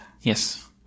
Yes